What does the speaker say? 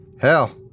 Hell